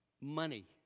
Money